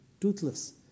toothless